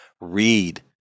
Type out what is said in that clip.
Read